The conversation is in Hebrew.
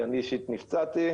אני אישית נפצעתי,